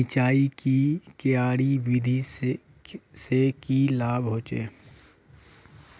सिंचाईर की क्यारी विधि से की लाभ होचे?